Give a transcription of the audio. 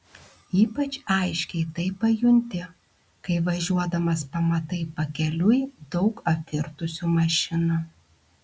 ypač aiškiai tai pajunti kai važiuodamas pamatai pakeliui daug apvirtusių mašinų